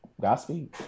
Godspeed